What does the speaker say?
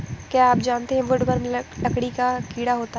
क्या आप जानते है वुडवर्म लकड़ी का कीड़ा होता है?